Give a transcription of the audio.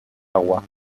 agua